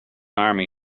army